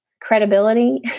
credibility